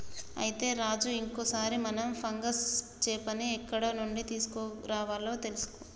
అయితే రాజు ఇంకో సారి మనం ఫంగస్ చేపని ఎక్కడ నుండి తీసుకురావాలో తెలుసుకో